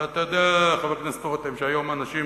ואתה יודע, חבר הכנסת רותם, שהיום אנשים